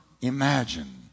imagine